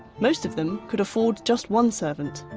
most of them could afford just one servant,